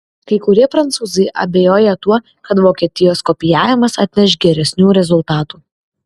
kai kurie prancūzai abejoja tuo kad vokietijos kopijavimas atneš geresnių rezultatų